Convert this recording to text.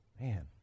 Man